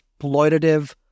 exploitative